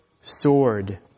sword